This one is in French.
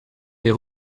les